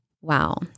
Wow